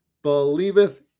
believeth